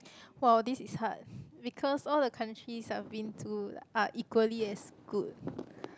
!wow! this is hard because all the countries I have been to are equally as good